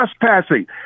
trespassing